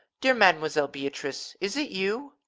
dear mademoiselle beatrice, is it you?